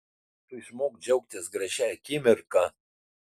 tai išmok džiaugtis gražia akimirka